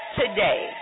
today